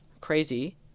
crazy